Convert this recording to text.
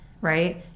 right